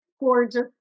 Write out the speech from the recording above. gorgeous